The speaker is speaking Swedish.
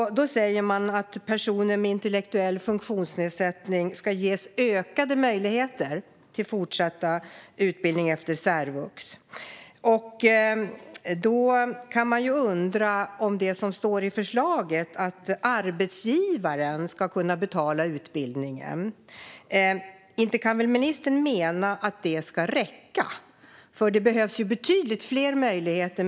Man säger att personer med intellektuell funktionsnedsättning ska ges ökade möjligheter till fortsatt utbildning efter särvux. Då kan man undra över det som står i förslaget: att arbetsgivaren ska kunna betala utbildningen. Inte kan väl ministern mena att det ska räcka? Det behövs betydligt fler möjligheter.